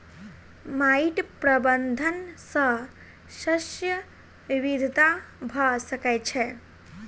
माइट प्रबंधन सॅ शस्य विविधता भ सकै छै